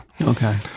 Okay